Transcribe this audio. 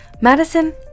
Madison